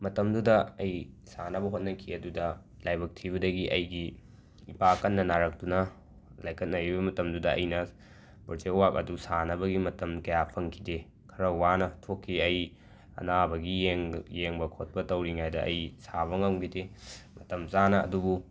ꯃꯇꯝꯗꯨꯗ ꯑꯩ ꯁꯥꯅꯕ ꯍꯣꯠꯅꯈꯤ ꯑꯗꯨꯗ ꯂꯥꯏꯕꯛ ꯊꯤꯕꯗꯒꯤ ꯑꯩꯒꯤ ꯏꯄꯥ ꯀꯟꯅ ꯅꯥꯔꯛꯇꯨꯅ ꯂꯥꯏꯀꯠꯅꯔꯤꯕ ꯃꯇꯝꯗꯨꯗ ꯑꯩꯅ ꯄꯣꯔꯖꯦꯛ ꯋꯥꯛ ꯑꯗꯨ ꯁꯥꯅꯕꯒꯤ ꯃꯇꯝ ꯀ꯭ꯌꯥ ꯐꯪꯈꯤꯗꯦ ꯈꯔ ꯋꯥꯅ ꯊꯣꯛꯈꯤ ꯑꯩ ꯑꯅꯥꯕꯒꯤ ꯌꯦꯡꯒ ꯌꯦꯡꯕ ꯈꯣꯠꯄ ꯇꯧꯔꯤꯉꯩꯗ ꯑꯩ ꯁꯥꯕ ꯉꯝꯒꯤꯗꯦ ꯃꯇꯝ ꯆꯥꯅ ꯑꯗꯨꯕꯨ